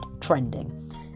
trending